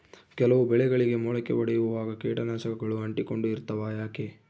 ಕೆಲವು ಬೆಳೆಗಳಿಗೆ ಮೊಳಕೆ ಒಡಿಯುವಾಗ ಕೇಟನಾಶಕಗಳು ಅಂಟಿಕೊಂಡು ಇರ್ತವ ಯಾಕೆ?